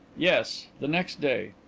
yes. the next day.